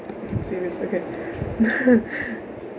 can see this okay